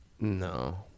No